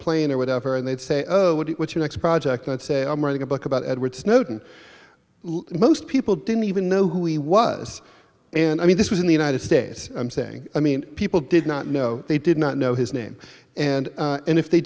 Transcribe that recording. plane or whatever and they'd say you know what your next project i'd say i'm writing a book about edward snowden most people didn't even know who he was and i mean this was in the united states i'm saying i mean people did not know they did not know his name and